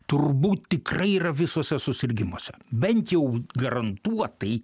turbūt tikrai yra visose susirgimuose bent jau garantuotai